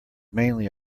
mainly